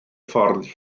ffordd